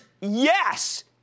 yes